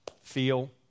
feel